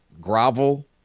grovel